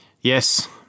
yes